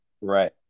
Right